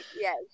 Yes